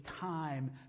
time